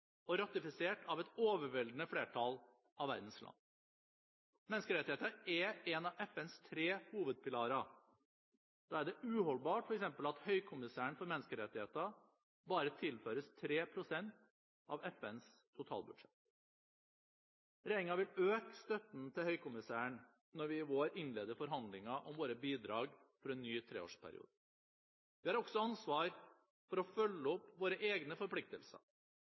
og ratifisert av et overveldende flertall av verdens land. Menneskerettigheter er én av FNs tre hovedpilarer. Da er det uholdbart at f.eks. Høykommissæren for menneskerettigheter bare tilføres 3 pst. av FNs totalbudsjett. Regjeringen vil øke støtten til Høykommissæren når vi i vår innleder forhandlinger om våre bidrag for en ny treårsperiode. Vi har også ansvar for å følge opp våre egne forpliktelser.